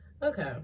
Okay